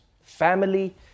Family